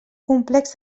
complex